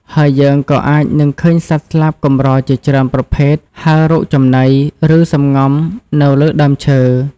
ហើយយើងក៏អាចនឹងឃើញសត្វស្លាបកម្រជាច្រើនប្រភេទហើររកចំណី ឬសំងំនៅលើដើមឈើ។